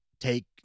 take